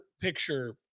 picture